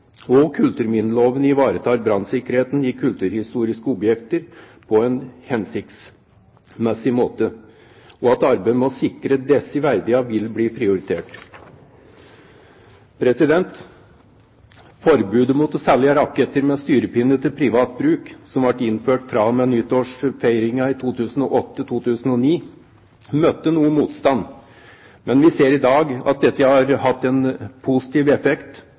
og kulturminneloven ivaretar brannsikkerheten i kulturhistoriske objekter på en hensiktsmessig måte, og at arbeidet med å sikre disse verdiene vil bli prioritert. Forbudet mot å selge raketter med styrepinne til privat bruk, som ble innført fra og med nyttårsfeiringen i 2008/2009, møtte noe motstand, men vi ser i dag at dette har hatt en positiv effekt,